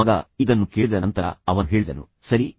ಮಗ ಇದನ್ನು ಕೇಳಿದ ನಂತರ ಅವನು ಹೇಳಿದನು ಸರಿ